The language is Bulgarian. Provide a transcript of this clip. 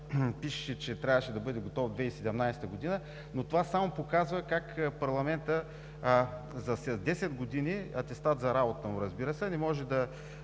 пишеше, че трябваше да бъде готов 2017 г., но това само показва как парламентът за 10 години – атестат за работата му, разбира се, не може да